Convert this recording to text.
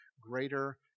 greater